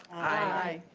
aye.